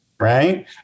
Right